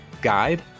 guide